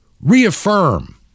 reaffirm